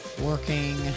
working